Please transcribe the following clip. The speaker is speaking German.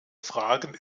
fragen